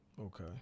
Okay